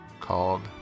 called